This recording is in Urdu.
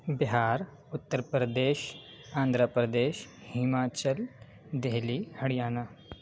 بہار اتر پردیش آندھرا پردیش ہماچل دہلی ہریانہ